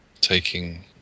taking